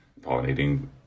pollinating